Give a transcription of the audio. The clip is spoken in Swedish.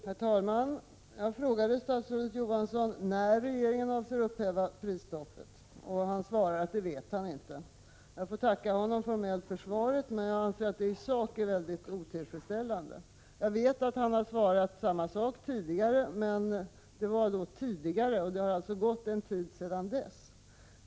Herr talman! Jag frågade statsrådet Johansson när regeringen avser upphäva prisstoppet, och han svarade att han inte vet det. Jag får tacka honom formellt för svaret, men jag anser att det i sak är mycket otillfredsställande. Jag vet att han har svarat samma sak tidigare, men det var ju tidigare. Det har alltså gått en tid sedan dess.